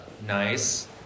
Nice